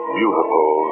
beautiful